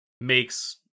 makes